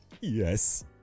Yes